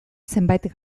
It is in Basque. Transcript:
zenbait